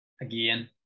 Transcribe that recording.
again